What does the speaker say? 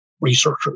researchers